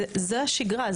זו השגרה.